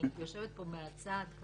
אני יושבת פה מהצד.